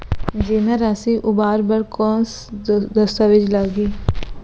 जेमा राशि उबार बर कोस दस्तावेज़ लागही?